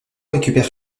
récupère